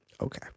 Okay